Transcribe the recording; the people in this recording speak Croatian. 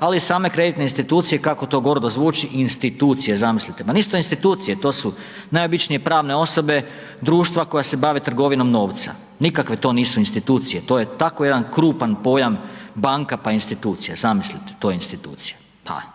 ali i same kreditne institucije kako to gordo zvuči, institucije zamislite, ma nisu to institucije, to su najobičnije pravne osobe, društva koja se bave trgovinom novca. Nikakve to nisu institucije, to je tako jedan krupan pojam, banka pa institucija, zamislite, to institucija.